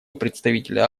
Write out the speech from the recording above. представителя